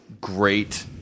great